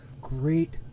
great